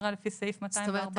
עבירה לפי סעיף 214 -- זאת אומרת,